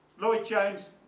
Lloyd-Jones